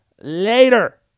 later